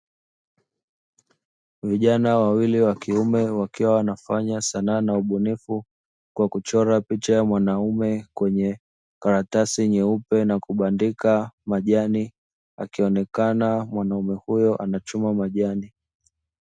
Vijana wawili wakiume wakiwa wanafanya sanaa ya ubunifu. Kwa kuchora picha ya mwanaume katika karatasi nyeupe na kubandika majani. Akionekana na mwanaume huyo akichuma majani.